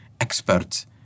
experts